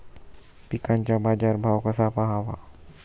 पिकांचा बाजार भाव कसा पहावा?